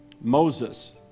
Moses